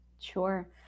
Sure